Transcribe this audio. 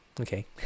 Okay